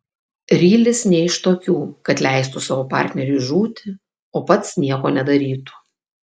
rylis ne iš tokių kad leistų savo partneriui žūti o pats nieko nedarytų